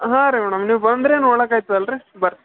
ಹಾಂ ರೀ ಮೇಡಮ ನೀವು ಬಂದರೆ ನೋಡೋಕ್ಕಾಯ್ತದಲ್ರಿ ಬರ್ರಿ